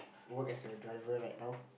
work as a driver right now